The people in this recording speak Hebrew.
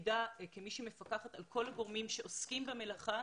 כמי שמפקחת על כל הגורמים שעוסקים במלאכה,